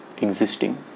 existing